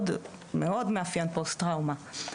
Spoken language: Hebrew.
מאוד מאפיין פוסט טראומה,